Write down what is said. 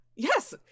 yes